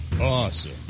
awesome